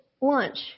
lunch